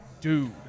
dude